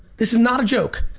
this is not a joke.